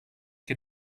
che